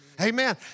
Amen